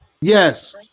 Yes